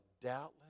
doubtless